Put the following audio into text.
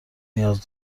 نیاز